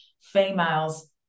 females